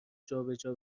جابجا